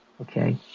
Okay